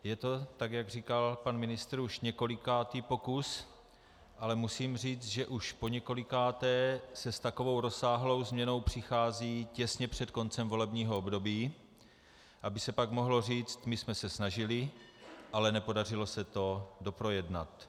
Je to tak, jak říkal pan ministr, už několikátý pokus, ale musím říct, že už poněkolikáté se s takovou rozsáhlou změnou přichází těsně před koncem volebního období, aby se pak mohlo říct: my jsme se snažili, ale nepodařilo se to doprojednat.